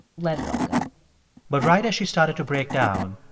let it all go but right as she started to break down,